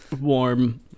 warm